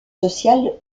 sociales